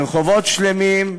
ברחובות שלמים,